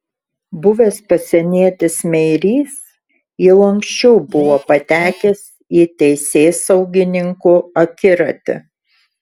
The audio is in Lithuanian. buvęs pasienietis meirys jau anksčiau buvo patekęs į teisėsaugininkų akiratį